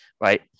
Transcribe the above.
right